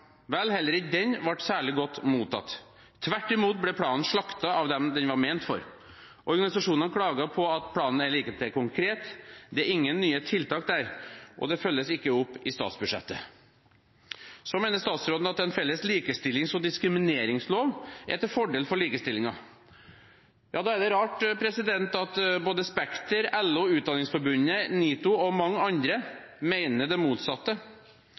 Vel, heller ikke den ble særlig godt mottatt. Tvert imot ble planen slaktet av dem den var ment for. Organisasjonene klaget på at planen er lite konkret, det er ingen nye tiltak der, og det følges ikke opp i statsbudsjettet. Så mener statsråden at en felles likestillings- og diskrimineringslov er til fordel for likestillingen. Da er det rart at både Spekter, LO, Utdanningsforbundet, NITO og mange andre mener det motsatte.